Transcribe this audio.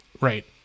Right